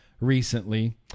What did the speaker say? recently